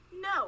no